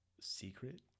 secret